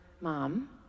mom